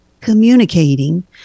communicating